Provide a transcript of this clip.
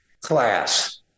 class